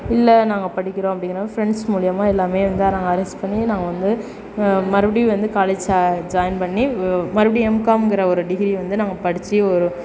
இல்லை நாங்கள் படிக்கிறோம் அப்படின்னா ஃப்ரெண்ட்ஸ் மூலிமா எல்லாமே வந்து நாங்கள் அரேஞ்ச் பண்ணி நாங்கள் வந்து மறுபடி வந்து காலேஜ் ஜா ஜாயின் பண்ணி மறுபடியும் எம்காம்ங்கிற ஒரு டிகிரி வந்து நாங்கள் படித்து ஒரு